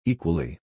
Equally